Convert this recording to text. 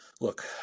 look